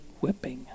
whipping